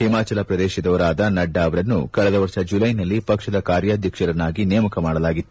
ಹಿಮಾಚಲ ಪ್ರದೇಶದವರಾದ ನಡ್ಡಾ ಅವರನ್ನು ಕಳೆದ ವರ್ಷ ಜುಲೈನಲ್ಲಿ ಪಕ್ಷದ ಕಾರ್ಯಾಧ್ಯಕ್ಷರನ್ನಾಗಿ ನೇಮಕ ಮಾಡಲಾಗಿತ್ತು